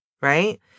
right